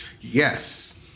Yes